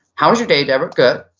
how was your day, debra? good.